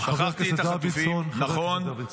חבר הכנסת דוידסון, חבר הכנסת דוידסון.